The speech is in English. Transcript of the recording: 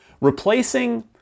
Replacing